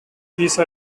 these